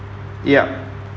ya